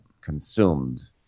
consumed